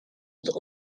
het